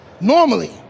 Normally